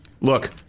look